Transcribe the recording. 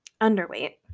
underweight